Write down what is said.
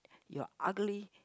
you're ugly